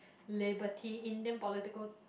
liberty Indian political